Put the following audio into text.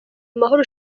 amahoro